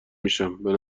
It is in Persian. میشم، به